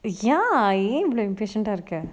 err ya ஏன் இவ்வளவு:ean ivvalavu impatient ah இருக்க:irukka